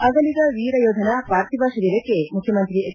ಅಗಲಿದ ವೀರ ಯೋಧನ ಪಾರ್ಥಿವ ಶರೀರಕ್ಕೆ ಮುಖ್ಯಮಂತ್ರಿ ಎಚ್